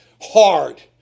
hard